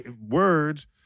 words